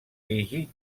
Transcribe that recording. fiji